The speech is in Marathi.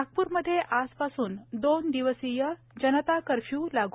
नागप्रमध्ये आजपासून दोन दिवसीय जनता कर्फ्य लागू